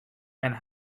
and